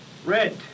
Red